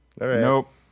Nope